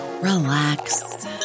relax